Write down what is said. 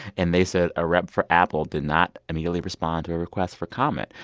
and they said, a rep for apple did not immediately respond to a request for comment,